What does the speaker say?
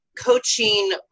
coaching